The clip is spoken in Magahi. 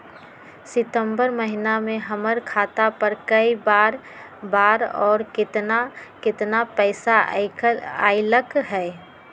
सितम्बर महीना में हमर खाता पर कय बार बार और केतना केतना पैसा अयलक ह?